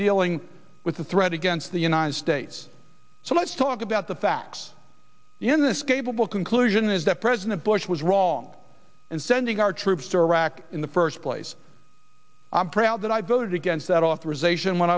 dealing with the threat against the united states so let's talk about the facts in this capable conclusion is that president bush was wrong and sending our troops to iraq in the first place i'm proud that i voted against that authorization when